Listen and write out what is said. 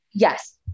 Yes